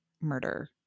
murder